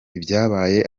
ibyaye